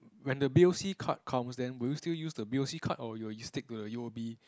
when the bill C card comes then will you still use the bill C card or you will still stick to the u_o_b